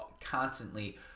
constantly